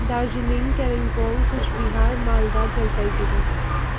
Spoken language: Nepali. दार्जिलिङ कालिम्पोङ कुचबिहार मालदा जलपाइगढी